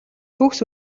төгс